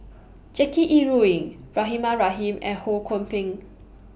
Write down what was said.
Jackie Yi Ru Ying Rahimah Rahim and Ho Kwon Ping